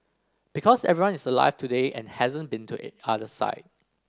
because everyone is alive today and hasn't been to other side